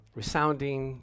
resounding